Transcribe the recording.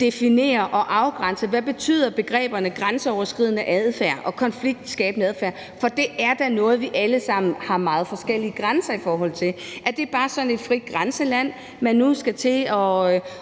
definere og afgrænse, for hvad betyder grænseoverskridende og konfliktskabende adfærd? Det er da noget, vi alle sammen har meget forskellige grænser i forhold til. Er det bare sådan et frit grænseland, man nu skal til